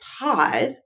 Pod